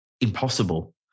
impossible